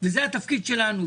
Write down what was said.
וזה התפקיד שלנו.